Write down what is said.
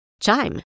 Chime